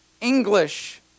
English